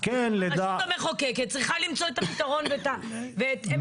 הרשות המחוקקת צריכה למצוא את הפתרון ואת עמק השווה.